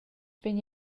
vegn